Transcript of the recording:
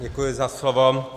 Děkuji za slovo.